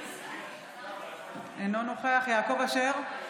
אינו נוכח יעקב אשר,